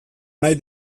nahi